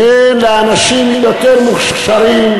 תן לאנשים יותר מוכשרים,